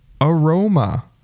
aroma